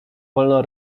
wolno